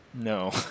No